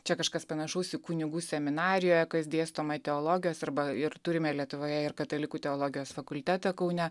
čia kažkas panašaus į kunigų seminariją kas dėstoma teologijos arba ir turime lietuvoje ir katalikų teologijos fakultetą kaune